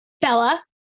Bella